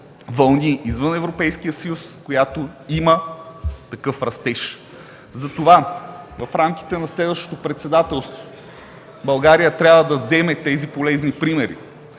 вълни извън Европейския съюз, която има такъв растеж. Затова в рамките на следващото председателство България трябва да вземе тези полезни примери.